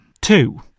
Two